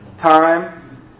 Time